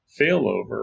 failover